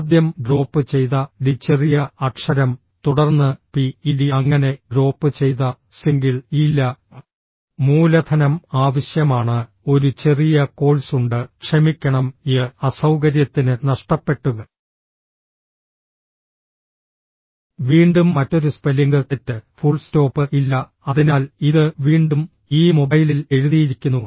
ആദ്യം ഡ്രോപ്പ് ചെയ്ത ഡി ചെറിയ അക്ഷരം തുടർന്ന് പി ഇ ഇ ഡി അങ്ങനെ ഡ്രോപ്പ് ചെയ്ത സിംഗിൾ ഇ ഇല്ല മൂലധനം ആവശ്യമാണ് ഒരു ചെറിയ കോഴ്സ് ഉണ്ട് ക്ഷമിക്കണം y അസൌകര്യത്തിന് നഷ്ടപ്പെട്ടു വീണ്ടും മറ്റൊരു സ്പെല്ലിംഗ് തെറ്റ് ഫുൾ സ്റ്റോപ്പ് ഇല്ല അതിനാൽ ഇത് വീണ്ടും ഈ മൊബൈലിൽ എഴുതിയിരിക്കുന്നു